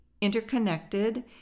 interconnected